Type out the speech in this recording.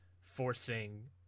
forcing